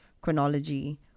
chronology